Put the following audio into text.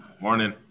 Morning